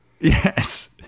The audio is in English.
Yes